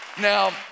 Now